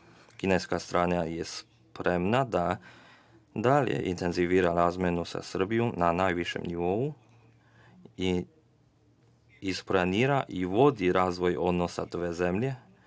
Kineska strana je spremna da dalje intenzivira razmenu sa Srbijom na najvišem nivou i isplanira i vodi razvoj odnosa dve zemlje,